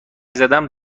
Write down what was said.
زدم